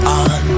on